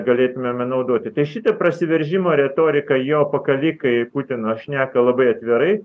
galėtumėme naudoti tai šitą prasiveržimo retoriką jo pakalikai putino šneka labai atvirai